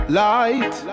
light